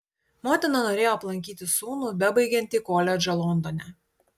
motina norėjo aplankyti sūnų bebaigiantį koledžą londone